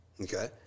okay